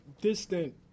distant